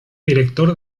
director